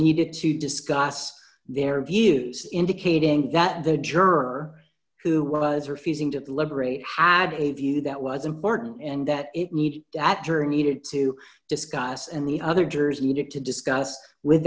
needed to discuss their views indicating that the juror who was refusing to deliberate had a view that was important and that it need that during needed to discuss and the other jurors needed to discuss with